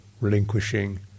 relinquishing